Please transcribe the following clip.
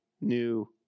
new